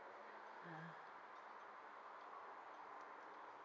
ah